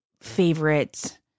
favorite